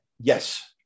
Yes